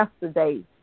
yesterday